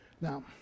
Now